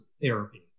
therapy